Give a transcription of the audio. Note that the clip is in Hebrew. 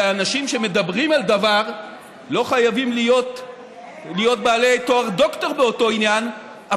ואנשים שמדברים על דבר לא חייבים להיות בעלי תואר דוקטור באותו עניין,